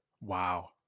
Wow